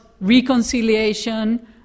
reconciliation